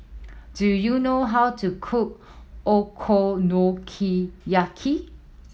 do you know how to cook Okonomiyaki